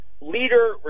leader